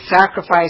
sacrifice